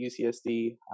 UCSD